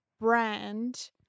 brand